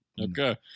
Okay